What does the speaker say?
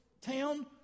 town